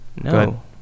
no